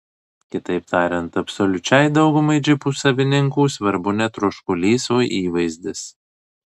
kitaip tariant absoliučiai daugumai džipų savininkų svarbu ne troškulys o įvaizdis